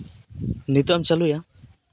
ᱱᱤᱛᱚᱜ ᱮᱢ ᱪᱟᱹᱞᱩᱭᱟ